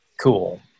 cool